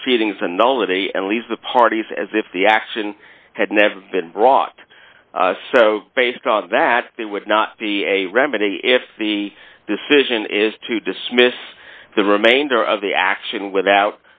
proceedings a nullity and leaves the parties as if the action had never been brought based on that it would not be a remedy if the decision is to dismiss the remainder of the action without